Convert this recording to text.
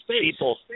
People